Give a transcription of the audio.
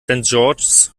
george’s